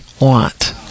want